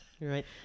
Right